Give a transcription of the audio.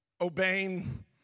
obeying